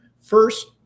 First